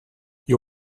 you